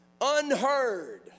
unheard